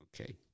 Okay